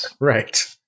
Right